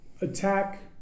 attack